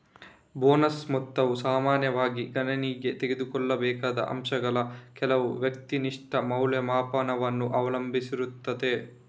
bonus ಮೊತ್ತವು ಸಾಮಾನ್ಯವಾಗಿ ಗಣನೆಗೆ ತೆಗೆದುಕೊಳ್ಳಬೇಕಾದ ಅಂಶಗಳ ಕೆಲವು ವ್ಯಕ್ತಿನಿಷ್ಠ ಮೌಲ್ಯಮಾಪನವನ್ನು ಅವಲಂಬಿಸಿರುತ್ತದೆ